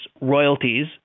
royalties